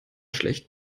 schlecht